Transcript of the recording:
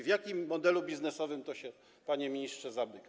W jakim modelu biznesowym to się, panie ministrze, zamyka?